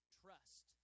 trust